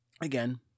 Again